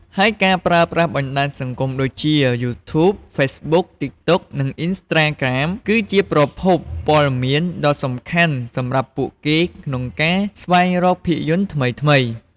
ហើយការប្រើប្រាស់បណ្ដាញសង្គមដូចជា យូធូប ហ្វេសប៊ុក តិកតុក និងអ៊ីនស្តារក្រាមគឺជាប្រភពព័ត៌មានដ៏សំខាន់សម្រាប់ពួកគេក្នុងការស្វែងរកភាពយន្តថ្មីៗ។